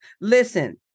Listen